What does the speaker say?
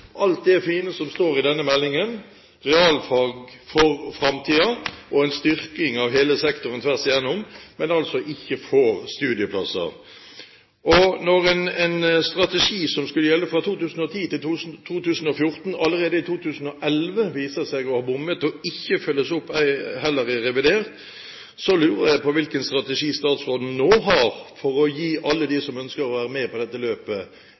alt det fine som står i meldingen Realfag for framtida og en styrking av hele sektoren tvers igjennom, og de ikke får studieplasser. Når det viser seg at man allerede i 2011 har bommet på en strategi som skulle gjelde fra 2010 til 2014, og den heller ikke følges opp i revidert, lurer jeg på hvilken strategi statsråden nå har for å gi alle dem som ønsker å være med på dette løpet,